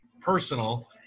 personal